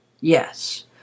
Yes